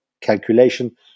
calculation